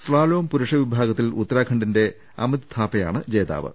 slalom പുരുഷ വിഭാഗത്തിൽ ഉത്തരാഖണ്ഡിന്റെ അമിത് ഥാപയാണ് ജേതാവ്